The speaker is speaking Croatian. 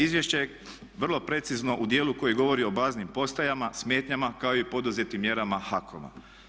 Izvješće je vrlo precizno u dijelu koji govori o baznim postajama, smetnjama kao i poduzetim mjerama HAKOM-a.